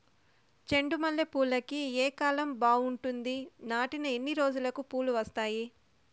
చెండు మల్లె పూలుకి ఏ కాలం బావుంటుంది? నాటిన ఎన్ని రోజులకు పూలు వస్తాయి?